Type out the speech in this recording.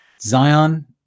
Zion